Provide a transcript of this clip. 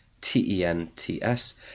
t-e-n-t-s